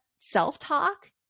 self-talk